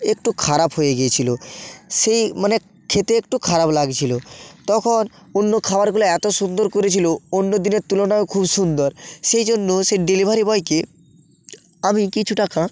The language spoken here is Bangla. একটু খারাপ হয়ে গিয়েছিল সেই মানে খেতে একটু খারাপ লাগছিল তখন অন্য খাবারগুলো এত সুন্দর করেছিল অন্য দিনের তুলনায়ও খুব সুন্দর সেই জন্য সেই ডেলিভারি বয়কে আমি কিছু টাকা